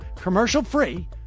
commercial-free